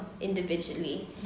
individually